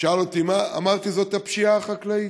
הוא שאל אותי מה, ואמרתי: זאת הפשיעה החקלאית.